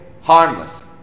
harmless